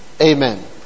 amen